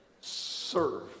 serve